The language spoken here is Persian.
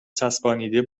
چسبانیده